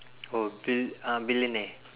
oh bil~ ah billionaire